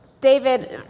David